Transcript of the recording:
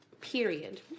Period